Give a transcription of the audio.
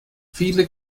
viele